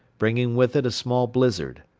bringing with it a small blizzard.